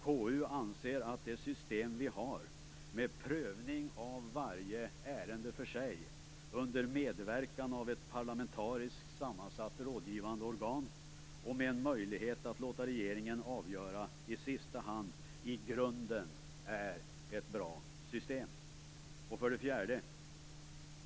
KU anser att det system vi har, med prövning av varje ärende för sig, under medverkan av ett parlamentariskt sammansatt rådgivande organ och med en möjlighet att låta regeringen avgöra i sista hand i grunden är ett bra system. 4.